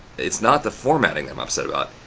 it's not the formatting i'm upset about.